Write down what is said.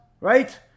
right